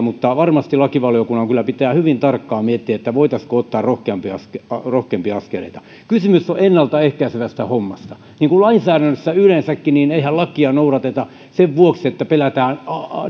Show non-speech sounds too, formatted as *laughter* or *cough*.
*unintelligible* mutta varmasti lakivaliokunnan kyllä pitää hyvin tarkkaan miettiä voitaisiinko ottaa rohkeampia askeleita kysymys on ennalta ehkäisevästä hommasta niin kuin lainsäädännössä yleensäkin eihän lakeja noudateta sen vuoksi että pelätään